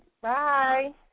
bye